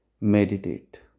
Meditate